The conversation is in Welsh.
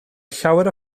llawer